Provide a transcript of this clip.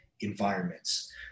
environments